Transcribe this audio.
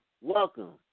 welcome